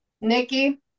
Nikki